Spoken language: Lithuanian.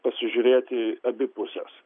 pasižiūrėti abi pusės